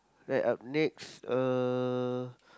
right up next uh